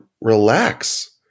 relax